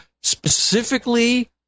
specifically